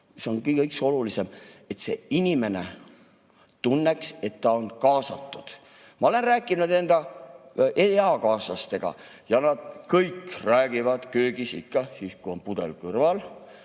See on kõige olulisem, et inimene tunneks, et ta on kaasatud. Ma olen rääkinud enda eakaaslastega. Nad kõik räägivad köögis, ikka siis, kui on pudel kõrval,